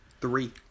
Three